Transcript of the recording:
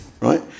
right